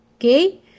Okay